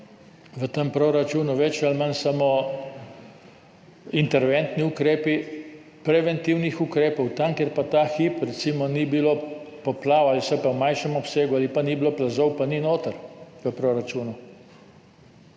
v tem proračunu več ali manj samo interventni ukrepi, preventivnih ukrepov tam, kjer pa ta hip ni bilo poplav ali so pa v manjšem obsegu ali pa ni bilo plazov, pa ni noter v proračunu.